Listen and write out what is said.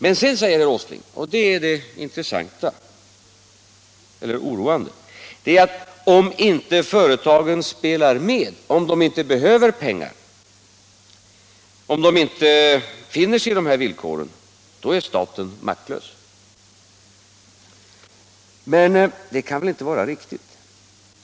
Herr Åsling säger emellertid, och det är det intressanta eller oroande, att om företagen inte spelar med, om de inte behöver pengar eller om de inte finner sig i de här villkoren, då är staten maktlös. Men det kan väl inte vara riktigt.